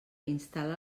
instal·la